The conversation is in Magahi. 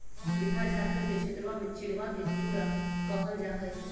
बिहार झारखंड के क्षेत्रवा में चिड़वा के चूड़ा कहल जाहई